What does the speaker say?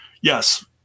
Yes